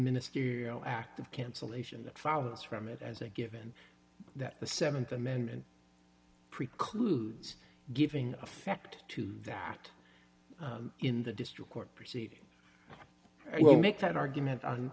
ministerial act of cancellation that follows from it as a given that the th amendment precludes giving effect to that in the district court proceeding well make that argument on